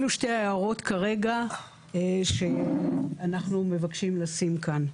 אלה שתי ההערות כרגע שאנחנו מבקשים לשים כאן,